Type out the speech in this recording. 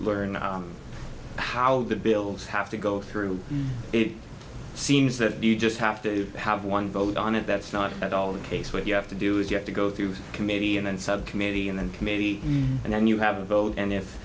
learn how the bills have to go through it seems that you just have to have one vote on it that's not at all the case what you have to do is you have to go through a committee and subcommittee and committee and then you have a vote and if